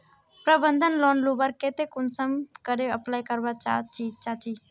प्रबंधन लोन लुबार केते कुंसम करे अप्लाई करवा चाँ चची?